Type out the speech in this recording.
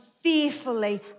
fearfully